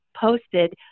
posted